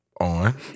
On